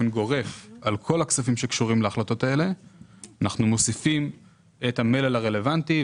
הכספים שקשורים להחלטות האלו אנחנו מוסיפים את המלל הרלוונטי.